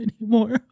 anymore